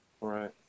Right